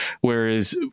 whereas